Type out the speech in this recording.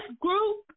group